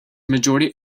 majority